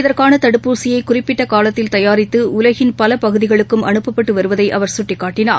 இதற்கானதடுப்பூசியைகுறிப்பிட்டகாலத்தில் தயாரித்துஉலகின் பலபகுதிகளுக்கும் அனுப்பப்பட்டுவருவதைஅவர் சுட்டிக்காட்டினார்